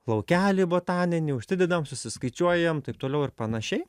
laukelį botaninį užsidedam susiskaičiuojam taip toliau ir panašiai